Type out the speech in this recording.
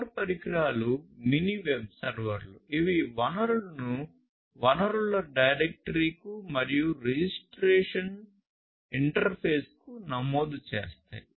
CoRE పరికరాలు mini web సర్వర్లు ఇవి వనరులను వనరుల డైరెక్టరీ కు మరియు రిజిస్ట్రేషన్ ఇంటర్ఫేస్కు కు నమోదు చేస్తాయి